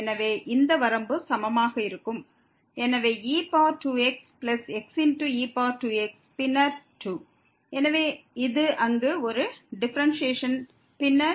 எனவே இந்த வரம்பு சமமாக இருக்கும் எனவே e2xxe2x பின்னர் 2 எனவே இது அங்கு ஒரு டிஃபரன்ஸ்யேஷன் பின்னர் 3e3x